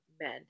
men